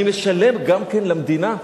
אני משלם גם למדינה,